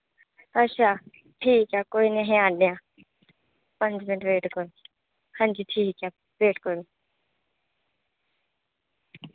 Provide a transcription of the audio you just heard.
अच्छा ठीक ऐ कोई निं असी आन्ने आं पंज मिंट वेट करो हां जी ठीक ऐ वेट करो